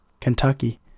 Kentucky